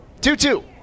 two-two